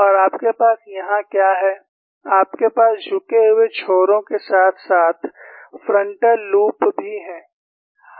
और आपके पास यहां क्या है आपके पास झुके हुए छोरों के साथ साथ फ्रंटल लूप भी है